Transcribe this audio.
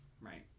Right